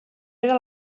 era